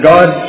God